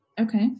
Okay